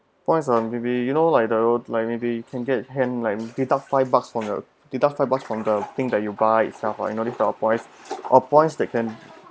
points on maybe you know like there where like maybe you can get hand like deducts five bucks from your deduct five bucks from the thing that you buy itself or you know this type of points that can